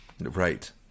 Right